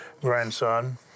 grandson